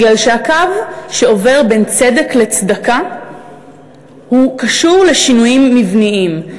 כי הקו שעובר בין צדק לצדקה קשור לשינויים מבניים.